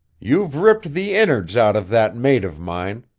you've ripped the innards out of that mate of mine.